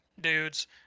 dudes